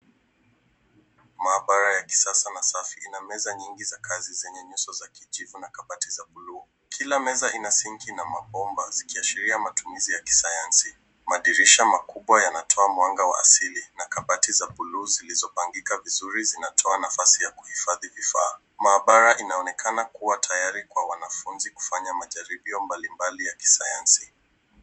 Maabara ya kisasa na safi ina meza nyingi za kazi zenye nyuso za kijivu na kabati za buluu. Kila meza ina sinki na mabomba zikiashiria matumizi ya kisayansi. Madirisha makubwa yanatoa mwanga wa asili na kabati za buluu zilizopangika vizuri zinatoa nafasi ya kuhifadhi vifaa. Maabara inaonekana kuwa tayari kwa wanafunzi kufanya majaribio mbalimbali ya kisayansi.